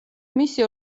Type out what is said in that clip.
მისი